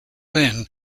then